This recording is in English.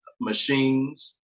machines